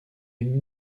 une